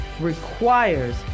requires